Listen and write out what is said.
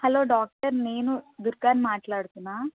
hello doctor నేను దుర్గాని మాట్లాడుతున్నాను